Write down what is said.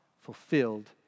fulfilled